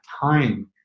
time